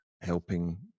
helping